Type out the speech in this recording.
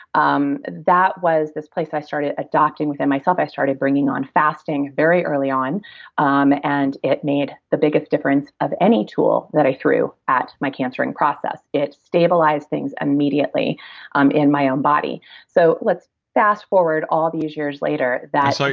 um that was this place i started adapting within myself. i started bringing on fasting very early on um and it made the biggest difference of any tool that i threw at my cancering process. it stabilized things immediately um in my own body so let's fast forward all these years later that what i i saw you